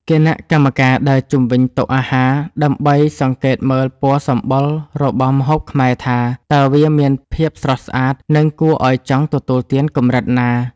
គណៈកម្មការដើរជុំវិញតុអាហារដើម្បីសង្កេតមើលពណ៌សម្បុររបស់ម្ហូបខ្មែរថា តើវាមានភាពស្រស់ស្អាត និងគួរឱ្យចង់ទទួលទានកម្រិតណា។